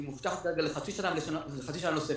כי מובטח כרגע לחצי שנה ולחצי שנה נוספת.